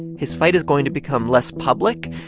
his fight is going to become less public,